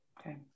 Okay